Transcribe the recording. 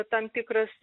tam tikras